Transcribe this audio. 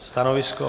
Stanovisko?